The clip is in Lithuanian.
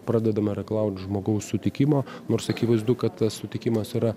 pradedame reikalaut žmogaus sutikimo nors akivaizdu kad tas sutikimas yra